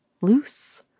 loose